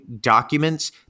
documents